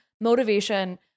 motivation